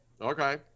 Okay